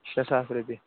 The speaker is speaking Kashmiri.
شےٚ ساس رۄپیہِ